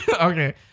Okay